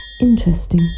Interesting